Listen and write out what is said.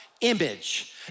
image